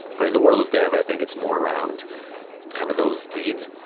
but in the world of dev, i think it's more around kind of those deeds.